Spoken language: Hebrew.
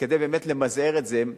כדי באמת למזער את זה,